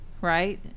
Right